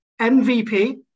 MVP